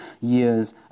years